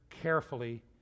carefully